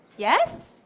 Yes